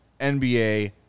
NBA